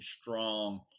strong